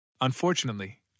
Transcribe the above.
Unfortunately